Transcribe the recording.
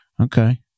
Okay